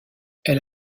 elle